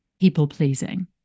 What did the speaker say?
people-pleasing